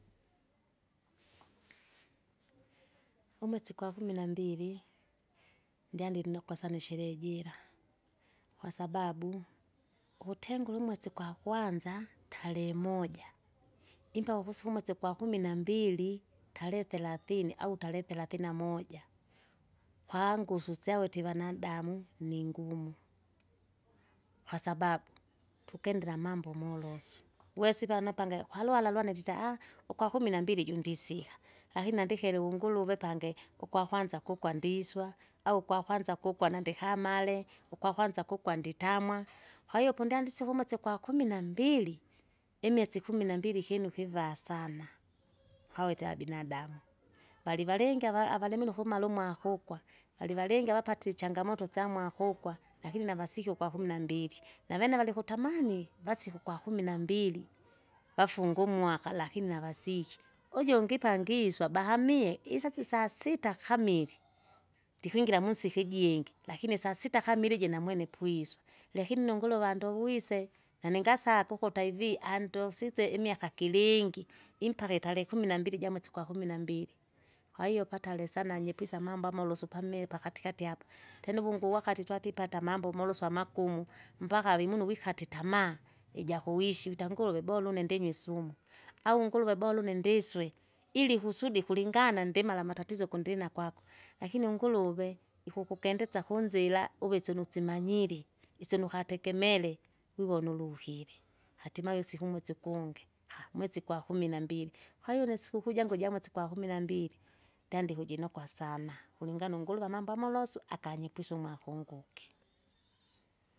umwesi kwa kumi nambili, ndyandi inokwa sana isheherre jira kwasababu, ukutengure umwesi gwakwanza tarehe moja, impaka ukusika umwesi ugwakumi nambili tarehe therasini au tarehe therasini namoja. Kwangu susyawe tivanadamu ningumu, kwasababu tukendera amambo amambo moloswi, wesipa napange kwalwala lwene lita aaha! ukwakumi nambili jundisiha, lakini nandikeleunguluve pange, ukwakwanza kukwa ndiswa, au ukwakwanza kukwa nandikamale, ukwakwanza kukwa nditamwa. Kwahiyo pondyandisye ukumwesi ukwakumi nambili, imwesi kumi nambili ikyinu kivaa sana, kawetea binadamu valivalingi ava- avalimile ukumala umwaka ukwa, valivalingi avapate ichangamoto isyamwaka ukwa lakini navasiki ukwakumi nambili, navene valikutamani? vasike ukwakumi nambili, vafunge umwaka lakini navasiki, ujungi pangiswa bahamie, isasi saa sita kamili, ndikwingira munsiki ijingi, lakini sas sita kamili iji namwene pwiswa. Lakini nunguluva andovwise, naningasaka ukutaivi andosisye imiaka kilingi, impaka itarehe kumi nambili jamwesi kwakumi nambili. Kwahiyo patale sana anyepwise amambo amaloso pamie pakatikati apa, tena awungu wakati twatipata amambo molosu amakumu, mpaka vimunu gwikate itamaa, ijakuwishi wita nguruve bora une ndinywe isumu, au nguruve bora une ndiswe ili kusudi kulingana ndimala amatatizo kundina kwakwe, lakini unguruve, ikukukendesya kunzira uve isyinu simanyiri, isyinu katekemere, wiwona ulukire, atimaye usika umwesi ugungi haa! umwesi gwakumi nambili, kwahiyo une isikukuu jangu jamwesi ugwakumi nambili, ndyanukujinokwa sana, kulingana unguruve amambo amolosu, akanyepwise umwaka unguke.